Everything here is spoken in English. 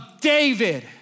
David